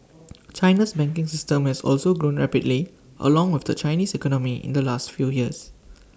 China's banking system has also grown rapidly along with the Chinese economy in the last few years